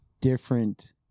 different